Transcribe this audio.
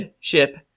ship